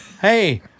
Hey